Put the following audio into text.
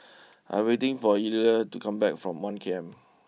I'm waiting for Eulalie to come back from one K M